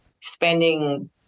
spending